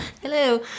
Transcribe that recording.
hello